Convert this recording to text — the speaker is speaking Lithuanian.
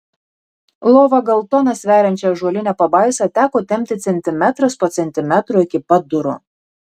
lova gal toną sveriančią ąžuolinę pabaisą teko tempti centimetras po centimetro iki pat durų